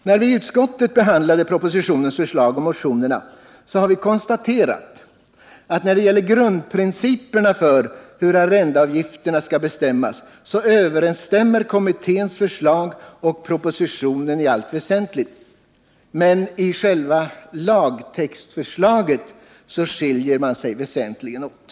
När vi i utskottet behandlade propositionens förslag och motionerna konstaterade vi att kommitténs förslag och propositionen i allt väsentligt överensstämmer när det gäller grundprinciperna för hur arrendeavgifterna skall bestämmas. Men i själva lagtextförslaget skiljer de sig väsentligen åt.